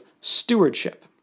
stewardship